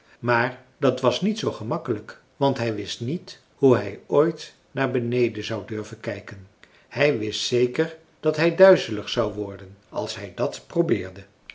maar dat was niet zoo gemakkelijk want hij wist niet hoe hij ooit naar beneden zou durven kijken hij wist zeker dat hij duizelig zou worden als hij dat probeerde